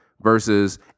versus